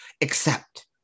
accept